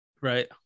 Right